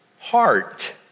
heart